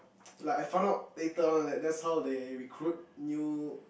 like how I found out later on that that's how they recruit new